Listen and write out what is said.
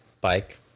bike